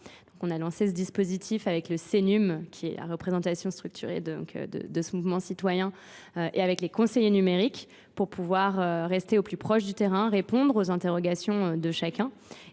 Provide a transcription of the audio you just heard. on a lancé ce dispositif avec le Sénum, qui est la représentation structurée de ce mouvement citoyen, et avec les conseillers numériques pour pouvoir rester au plus proche du terrain, répondre aux interrogations de chacun.